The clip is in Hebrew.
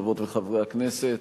חברות וחברי הכנסת,